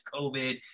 COVID